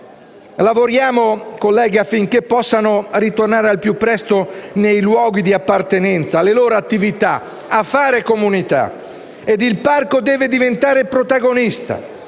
Lavoriamo, colleghi, affinché possano tornare al più presto nei luoghi di appartenenza alle loro attività, a fare comunità. Il parco deve diventare protagonista